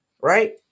right